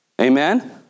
Amen